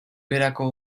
beherako